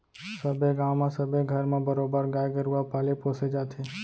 सबे गाँव म सबे घर म बरोबर गाय गरुवा पाले पोसे जाथे